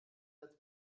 als